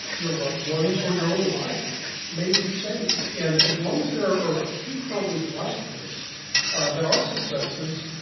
your loved ones or your own life may be saved and as long as there are a few programs like this that are successes,